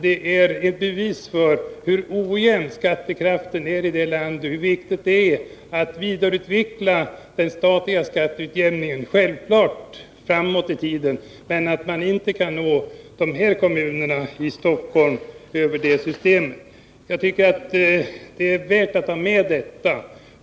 Det är ett bevis för hur ojämn skattekraften är i det här landet och hur viktigt det är att vidareutveckla den statliga skatteutjämningen, men det visar också att man inte kan nå kommunerna i Stockholms län över det systemet. Det är värt att notera detta.